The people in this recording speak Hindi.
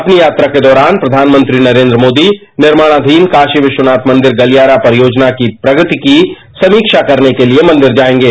अपनी यात्रा के दौरान प्रधानमंत्री निमणाधीन काशी विश्वनाथ मंदिर गलियारा परियोजना की प्रगति की समीक्षा करने के मंदिर जाएंगे